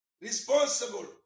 responsible